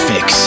Fix